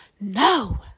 No